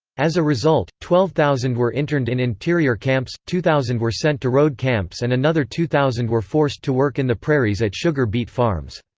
as a result, twelve thousand were interned in interior camps, two thousand were sent to road camps and another two thousand were forced to work in the prairies at sugar beet farms.